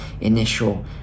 initial